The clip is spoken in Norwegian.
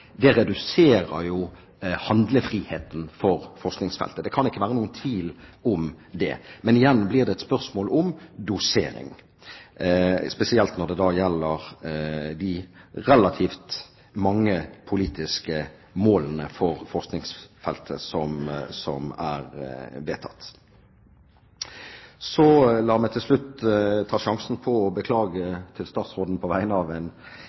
reduserer handlefriheten for forskningsfeltet. Det kan ikke være noen tvil om det. Men igjen blir det et spørsmål om dosering, spesielt når det gjelder de relativt mange politiske målene som er vedtatt for forskningsfeltet. La meg til slutt ta sjansen på å beklage overfor statsråden på vegne av en